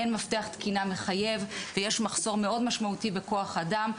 אין מפתח תקינה מחייב ויש מחסור מאוד משמעותי בכוח אדם,